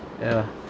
ya